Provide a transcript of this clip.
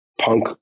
punk